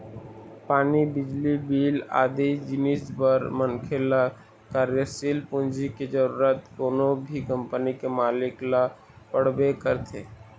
पानी, बिजली बिल आदि जिनिस बर मनखे ल कार्यसील पूंजी के जरुरत कोनो भी कंपनी के मालिक ल पड़बे करथे